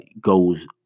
goes